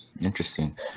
Interesting